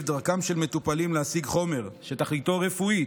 דרכם של מטופלים להשיג חומר שתכליתו רפואית,